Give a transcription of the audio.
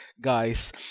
guys